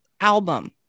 album